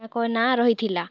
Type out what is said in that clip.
ତାଙ୍କ ନାଁ ରହିଥିଲା